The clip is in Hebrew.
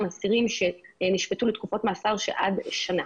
אסירים שנשפטו לתקופות מאסר של עד שנה.